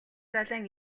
далайн